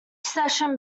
session